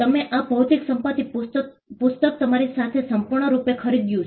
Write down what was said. તમે આ ભૌતિક સંપત્તિ પુસ્તક તમારી સાથે સંપૂર્ણ રૂપે ખરીદ્યું છે